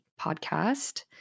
podcast